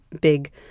big